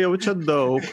jau čia daug